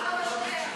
מה אתה משווה?